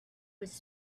was